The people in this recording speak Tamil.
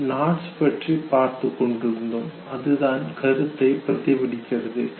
நாம் நாட்ஸ் பற்றி பார்த்துக் கொண்டிருந்தோம் அதுதான் கருத்தை பிரதிபலிக்கிறது